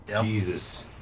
Jesus